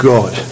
God